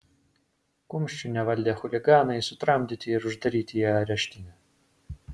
kumščių nevaldę chuliganai sutramdyti ir uždaryti į areštinę